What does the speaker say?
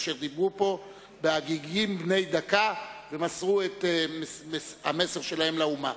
אשר דיברו פה בהגיגים בני דקה ומסרו את המסר שלהם לאומה.